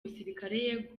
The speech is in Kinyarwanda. musirikare